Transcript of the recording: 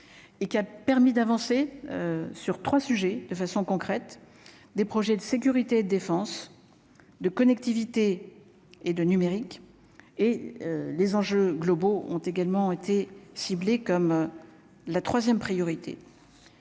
et qui a permis d'avancer sur 3 sujets de façon concrète des projets de sécurité et de défense de connectivité et de numérique et les enjeux globaux ont également été ciblés comme la 3ème priorité